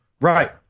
Right